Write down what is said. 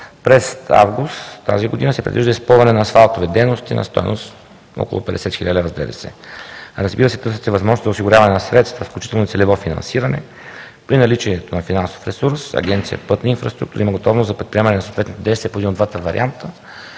През август тази година се предвижда изпълнение на асфалтови дейности на стойност около 50 хил. лв. с ДДС. Разбира се, търсят се възможности за осигуряване на средства, включително и целево финансиране. При наличието на финансов ресурс Агенция „Пътна инфраструктура“ има готовност за предприемане на съответните действия по един от двата варианта.